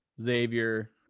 Xavier